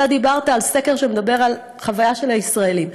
אתה דיברת על סקר שמדבר על חוויה של הישראלים.